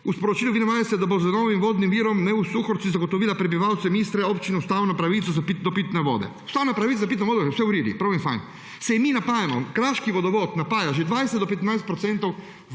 v sporočilu vi navajate, da se bo z novim vodnim virom v Suhorci zagotovila prebivalcev Istre, občinam ustavna pravica do pitne vode. Ustavna pravica do pitne vode je vse v redu, prav in fino. Saj mi napajamo, Kraški vodovod napaja že 20 do 25 procentov